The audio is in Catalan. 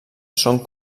són